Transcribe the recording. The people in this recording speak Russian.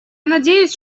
надеюсь